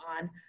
on